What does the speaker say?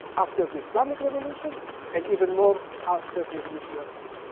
after the islamic revolution and even more after the nuclear deal.